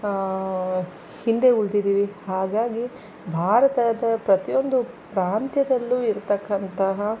ಹಿಂದೆ ಉಳಿದಿದ್ದೀವಿ ಹಾಗಾಗಿ ಭಾರತದ ಪ್ರತಿಯೊಂದು ಪ್ರಾಂತ್ಯದಲ್ಲೂ ಇರ್ತಕ್ಕಂತಹ